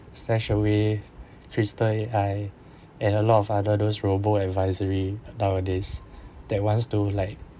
stashaway crystal A_I and a lot of other those robo advisory nowadays that wants to like